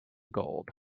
gold